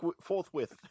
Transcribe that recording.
forthwith